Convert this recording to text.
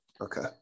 okay